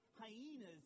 hyenas